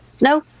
No